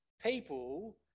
people